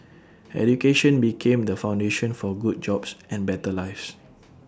education became the foundation for good jobs and better lives